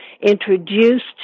introduced